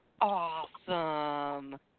Awesome